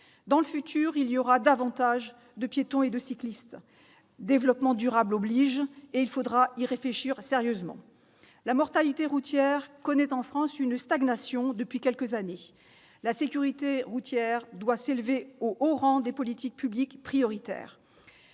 durable oblige, il y aura davantage de piétons et cyclistes, il faudrait y réfléchir sérieusement. La mortalité routière connaît en France une stagnation depuis quelques années. La sécurité routière doit s'élever au haut rang des politiques publiques prioritaires.